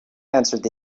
answered